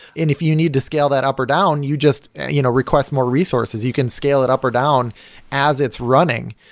and if you need to scale that up or down, you just you know request more resources. you can scale it up or down as it's running.